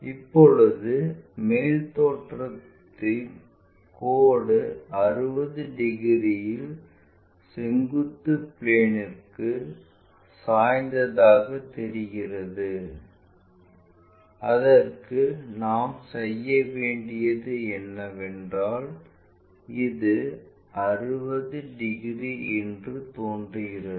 இப்போது மேல் தோற்றம் கோடு 60 டிகிரியில் செங்குத்து பிளேன்ற்கு சாய்ந்ததாகத் தெரிகிறது அதற்கு நாம் செய்ய வேண்டியது என்னவென்றால் இது 60 டிகிரி என்று தோன்றுகிறது